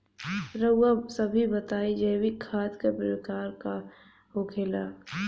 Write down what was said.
रउआ सभे बताई जैविक खाद क प्रकार के होखेला?